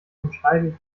umschreibe